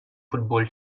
football